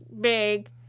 big